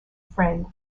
friend